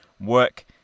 work